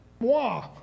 moi